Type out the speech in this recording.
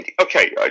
Okay